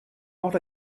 not